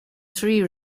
three